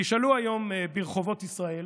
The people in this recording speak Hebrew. תשאלו היום ברחובות ישראל